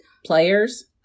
Players